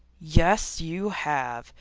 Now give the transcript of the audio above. yes you have,